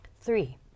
three